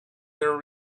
their